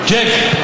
צ'ק?